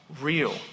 real